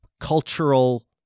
cultural